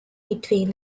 between